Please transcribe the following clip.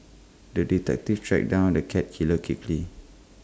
the detective tracked down the cat killer quickly